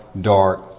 dark